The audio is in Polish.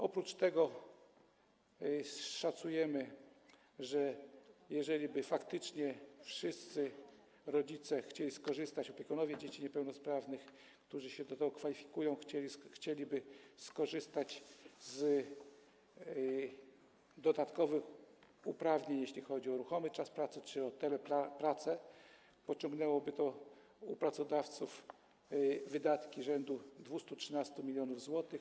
Oprócz tego szacujemy, że jeżeli faktycznie wszyscy rodzice czy opiekunowie dzieci niepełnosprawnych, którzy się do tego kwalifikują, chcieliby skorzystać z dodatkowych uprawnień, jeśli chodzi o ruchomy czas pracy czy o telepracę, to pociągnęłoby to u pracodawców wydatki rzędu 213 mln zł.